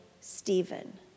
Stephen